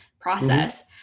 process